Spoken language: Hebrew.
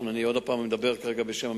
אנחנו, אני עוד פעם מדבר בשם המשטרה,